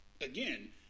again